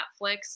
Netflix